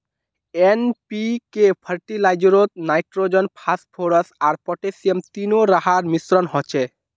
NPK फ़र्टिलाइज़रोत nitrogen, phosphorus आर potassium तीनो रहार मिश्रण होचे